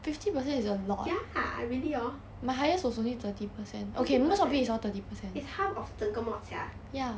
ya I really orh is half of 整个 mod sia